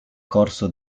corso